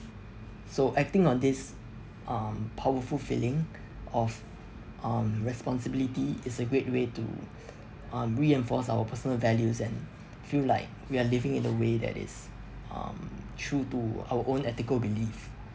so acting on this um powerful feeling of um responsibility is a great way to um reinforce our personal values and feel like we are living in a way that is um true to our own ethical belief